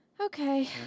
Okay